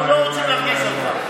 אנחנו לא רוצים להרגיז אותך.